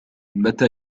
متى